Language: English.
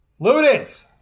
Ludens